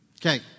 Okay